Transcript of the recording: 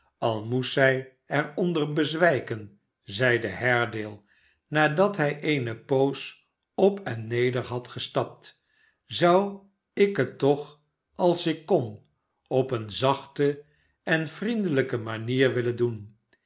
al moest zij er onder bezwijken zeide haredale nadat hij eene poos op en neder had gestapt zou ik het toch als ik kon op eene zachte en vriendelijke manier willen doen